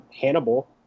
Hannibal